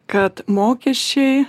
kad mokesčiai